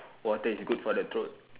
water is good for the throat